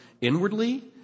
inwardly